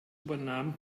übernahm